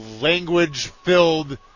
language-filled